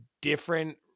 different